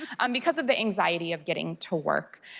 um because of the anxiety of getting to work.